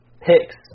picks